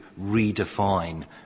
redefine